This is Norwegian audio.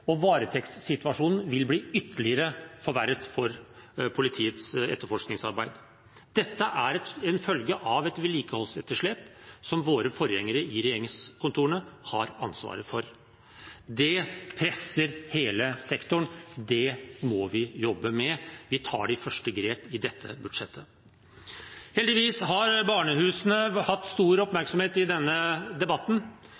og varetektsituasjonen vil bli ytterligere forverret for politiets etterforskningsarbeid. Dette er en følge av et vedlikeholdsetterslep som våre forgjengere i regjeringskontorene har ansvaret for. Det presser hele sektoren. Det må vi jobbe med. Vi tar de første grepene i dette budsjettet. Heldigvis har barnehusene hatt stor